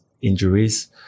injuries